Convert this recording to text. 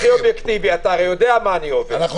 אתה יודע מה אני עובר הרי.